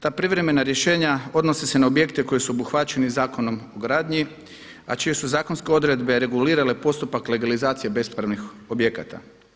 Ta privremena rješenja odnose se na objekte koji su obuhvaćeni Zakonom o gradnji a čije su zakonske odredbe regulirale postupak legalizacije bespravnih objekata.